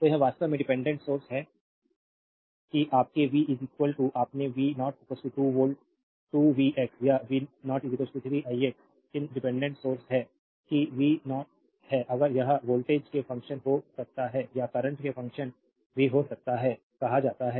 तो यह वास्तव में डिपेंडेंट सोर्स है कि आपके v अपने v 0 2 v x या v 0 3 i x इन डिपेंडेंट सोर्स है कि v 0 है अगर यह वोल्टेज के फंक्शन हो सकता है या करंट के फंक्शन भी हो सकता है कहा जाता है